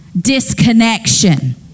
disconnection